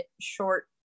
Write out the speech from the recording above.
short